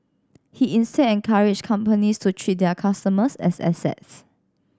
he instead encouraged companies to treat their customers as assets